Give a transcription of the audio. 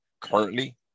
currently